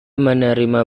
menerima